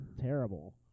terrible